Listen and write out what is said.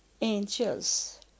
angels